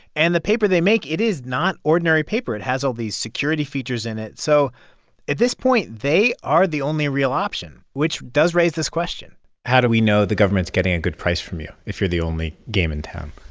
and the paper they make, it is not ordinary paper. it has all these security features in it. so at this point, they are the only real option, which does raise this question how do we know the government's getting a good price from you if you're the only game in town?